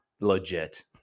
legit